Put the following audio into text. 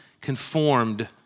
conformed